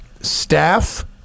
staff